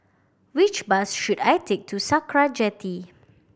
which bus should I take to Sakra Jetty